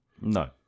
No